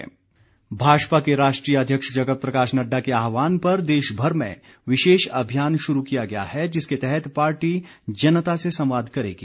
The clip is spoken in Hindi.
भाजपा भाजपा के राष्ट्रीय अध्यक्ष जगत प्रकाश नड्डा के आहवान पर देश भर में विशेष अभियान शुरू किया गया है जिसके तहत पार्टी जनता से संवाद करेगी